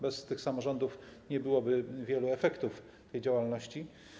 Bez samorządów nie byłoby wielu efektów tej działalności.